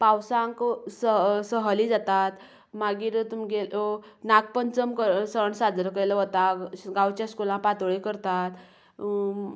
पावसांत सहल सहली जातात मागीर तुमगेलो नागपंचम सण साजरो केलो वता गांवच्या स्कुलांत पातोळ्यो करतात